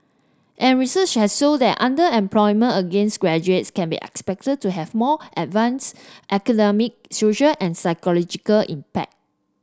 and research has shown that underemployment against graduates can be expected to have more adverse economic social and psychological impact